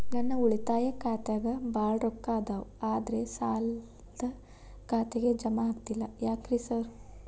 ನನ್ ಉಳಿತಾಯ ಖಾತ್ಯಾಗ ಬಾಳ್ ರೊಕ್ಕಾ ಅದಾವ ಆದ್ರೆ ಸಾಲ್ದ ಖಾತೆಗೆ ಜಮಾ ಆಗ್ತಿಲ್ಲ ಯಾಕ್ರೇ ಸಾರ್?